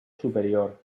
superior